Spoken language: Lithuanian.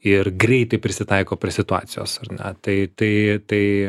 ir greitai prisitaiko prie situacijos ar ne tai tai tai